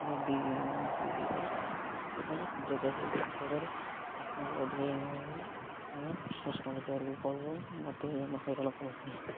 ଯଦି ସେ ହେଇଗଲା ସେ ତ ହେଲା କ୍ଷୁଦ୍ର ଚାଷୀ ସମ୍ପର୍କରେ ଆପଣଙ୍କୁ ଅଧିକ ଜାଣିବାକୁ ହେଲେ କଷ୍ଟମର କେୟାରକୁ କଲ୍ କରନ୍ତୁ ମୋତେ ଜମା ହଇରାଣ କରନ୍ତୁ ନାହିଁ